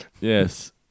yes